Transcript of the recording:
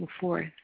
forth